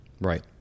Right